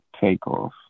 Takeoff